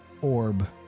orb